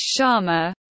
Sharma